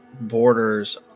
borders